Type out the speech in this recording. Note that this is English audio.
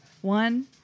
one